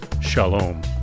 Shalom